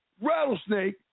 Rattlesnake